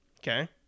Okay